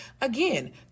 Again